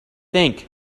think